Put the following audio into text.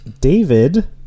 David